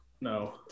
No